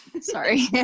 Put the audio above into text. Sorry